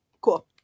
Cool